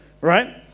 Right